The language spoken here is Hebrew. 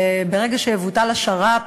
ברגע שיבוטל השר"פ,